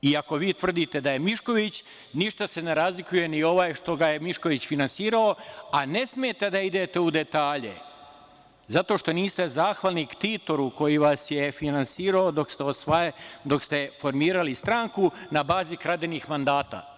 Ako vi tvrdite da je Mišković, ništa se ne razlikuje ni ovaj što ga je Mišković finansirao, a ne smeta da idete u detalje, zato što niste zahvalni ktitoru koji vas je finansirao dok ste formirali stranku na bazi kradenih mandata.